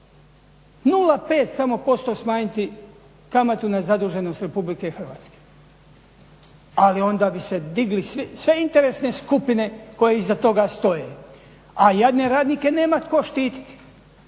samo smanjiti kamatu na zaduženost RH. Ali onda bi se digle sve interesne skupine koje iza toga stoje. A jadne radnike nema tko štititi.